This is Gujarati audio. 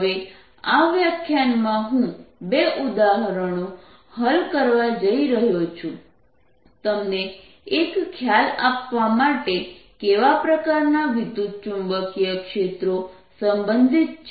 હવે આ વ્યાખ્યાનમાં હું 2 ઉદાહરણો હલ કરવા જઇ રહ્યો છું તમને એક ખ્યાલ આપવા માટે કેવા પ્રકારનાં વિદ્યુતચુંબકીય ક્ષેત્રો સંબંધિત છે